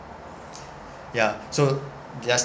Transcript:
yeah so just